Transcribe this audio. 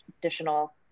additional